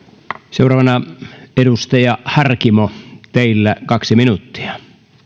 seuraavana edustaja harkimo teillä kaksi minuuttia